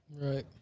Right